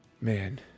Man